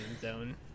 zone